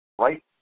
Right